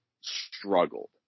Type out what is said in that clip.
struggled